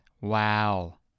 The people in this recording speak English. Wow